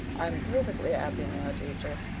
i'm perfectly happy now, teacher,